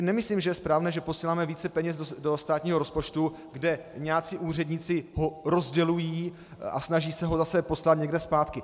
Nemyslím si, že je správné, že posíláme více peněz do státního rozpočtu, kde nějací úředníci ho rozdělují a snaží se ho zase poslat někde zpátky.